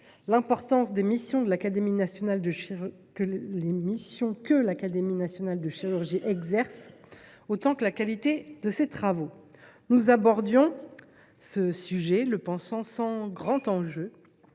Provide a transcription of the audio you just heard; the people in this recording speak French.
l’importance des missions que l’Académie nationale de chirurgie exerce, autant que la qualité de ses travaux. Nous abordions ce sujet, le pensant sans grand enjeu,